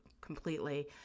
completely